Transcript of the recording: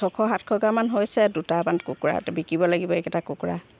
ছশ সাতশ গ্ৰামমান হৈছে দুটামান কুকুৰা বিকিব লাগিব এইকেইটা কুকুৰা